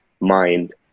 mind